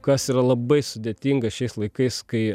kas yra labai sudėtinga šiais laikais kai